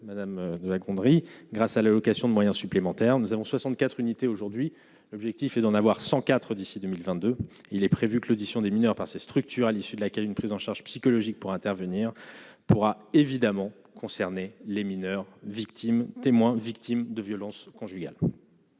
madame de la Gondry grâce à l'allocation de moyens supplémentaires, nous avons 64 unités aujourd'hui l'objectif est d'en avoir 104 d'ici 2022, il est prévu que l'audition des mineurs par ces structures à l'issue de laquelle une prise en charge psychologique pour intervenir pourra évidemment concerné les mineurs victimes, témoins, victimes de violences conjugales.